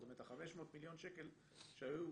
זאת אומרת ה-500 מיליון שקל שהיו,